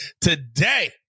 today